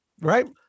right